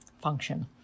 function